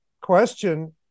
question